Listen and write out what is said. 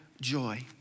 joy